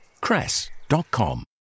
Cress.com